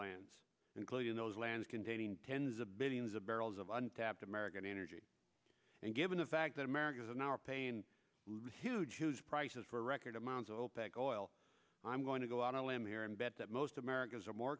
lands including those lands containing tens of billions of barrels of untapped american energy and given the fact that america is in our pain huge prices for record amounts of opec oil i'm going to go out on a limb here and bet that most americans are more